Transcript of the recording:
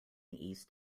east